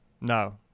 no